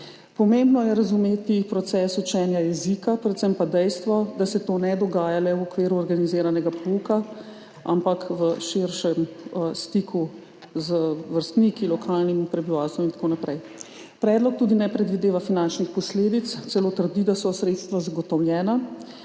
Pomembno je razumeti proces učenja jezika, predvsem pa dejstvo, da se to ne dogaja le v okviru organiziranega pouka ampak v širšem stiku z vrstniki, lokalnim prebivalstvom in tako naprej. Predlog tudi ne predvideva finančnih posledic, celo trdi, da so sredstva zagotovljena.